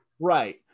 right